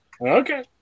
Okay